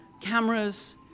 cameras